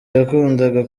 yakundaga